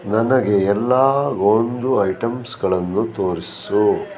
ನನಗೆ ಎಲ್ಲ ಗೋಂದು ಐಟಮ್ಸ್ಗಳನ್ನು ತೋರಿಸು